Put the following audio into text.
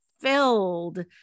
filled